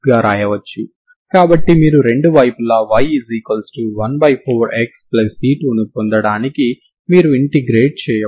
కాబట్టి మీరు రెండు వైపులా y14xC2 ని పొందడానికి మీరు ఇంటిగ్రేట్ చేయవచ్చు